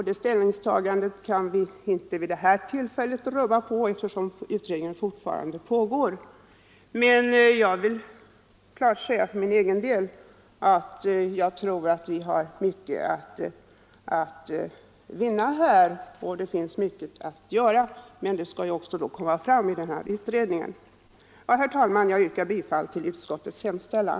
Det ställningstagandet kan vi inte vid det här tillfället rubba på, men för min egen del vill jag klart säga att jag tror att vi har mycket att vinna och att det finns mycket att göra här, men det skall då också komma fram i utredningen. Herr talman! Jag yrkar bifall till utskottets hemställan.